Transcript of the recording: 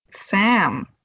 Sam